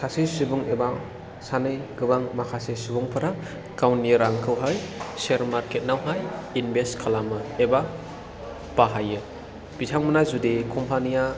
सासे सुबुं एबा सानै गोबां माखासे सुबुंफोरा गावनि रांखौहाय सेयार मार्केट आवहाय इनभेस्ट खालामो एबा बाहायो बिथांमोना जुदि कम्पानि या